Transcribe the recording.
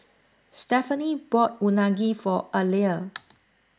Stephaine bought Unagi for Alia